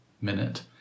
minute